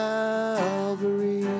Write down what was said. Calvary